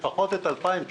הפנייה נועדה לקרן מס רכוש,